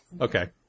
Okay